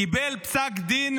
קיבל פסק דין